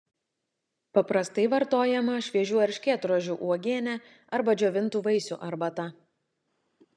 paprastai vartojama šviežių erškėtrožių uogienė arba džiovintų vaisių arbata